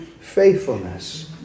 Faithfulness